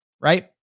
right